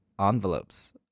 envelopes